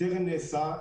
טרם נעשה.